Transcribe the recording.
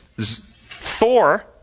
Thor